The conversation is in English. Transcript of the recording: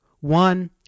one